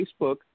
Facebook